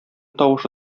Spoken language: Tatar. тавышы